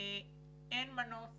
אין מנוס